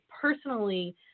personally